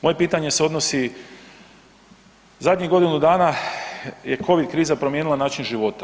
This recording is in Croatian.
Moje pitanje se odnosi, zadnjih godinu dana je Covid kriza promijenila način života.